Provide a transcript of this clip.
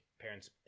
parents